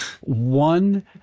one